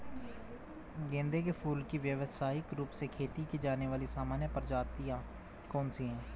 गेंदे के फूल की व्यवसायिक रूप से खेती की जाने वाली सामान्य प्रजातियां कौन सी है?